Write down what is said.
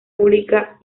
pública